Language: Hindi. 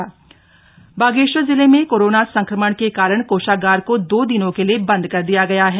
नया कोविड सेंटर बागेश्वर जिले में कोरोना संक्रमण के कारण कोषागार को दो दिनों के लिए बंद कर दिया गया है